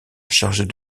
chargée